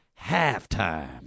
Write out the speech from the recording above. Halftime